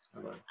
Hello